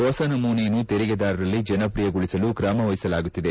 ಹೊಸ ನಮೂನೆಯನ್ನು ತೆರಿಗೆದಾರರಲ್ಲಿ ಜನಪ್ರಿಯಗೊಳಿಸಲು ಕ್ರಮ ವಹಿಸಲಾಗುತ್ತಿದೆ